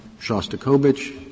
Shostakovich